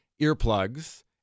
earplugs